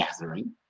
gathering